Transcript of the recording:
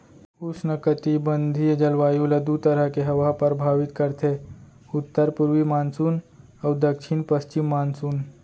उस्नकटिबंधीय जलवायु ल दू तरह के हवा ह परभावित करथे उत्तर पूरवी मानसून अउ दक्छिन पस्चिम मानसून